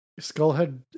Skullhead